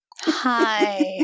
Hi